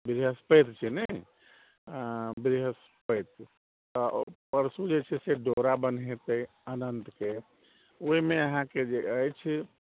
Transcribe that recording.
बृहस्पति छै ने बृहस्पति तऽ परसू जे छै से डोरा बन्हेतै अनन्तके ओहिमे अहाँके जे अछि